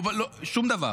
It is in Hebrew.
שום דבר,